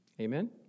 Amen